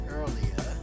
earlier